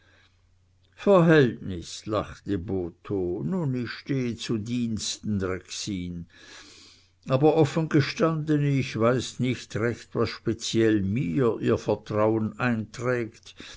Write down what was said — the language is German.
verhältnis lachte botho nun ich stehe zu diensten rexin aber offen gestanden ich weiß nicht recht was speziell mir ihr vertrauen einträgt